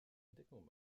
entdeckung